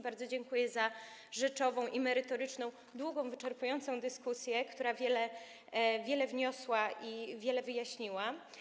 Bardzo dziękuję za rzeczową i merytoryczną, długą, wyczerpującą dyskusję, która wiele wniosła i wiele wyjaśniła.